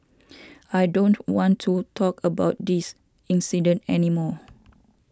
I don't want to talk about this incident any more